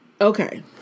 Okay